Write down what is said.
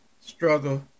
struggle